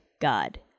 God